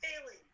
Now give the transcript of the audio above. failing